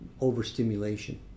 overstimulation